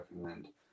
recommend